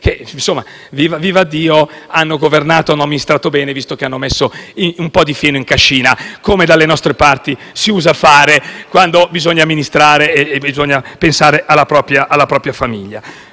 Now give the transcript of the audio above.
che - vivaddio! - hanno governato e amministrato bene, visto che hanno messo un po' di fieno in cascina, come dalle nostre parti si usa a fare quando bisogna amministrare e pensare alla propria famiglia.